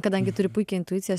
kadangi turi puikią intuiciją